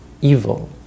evil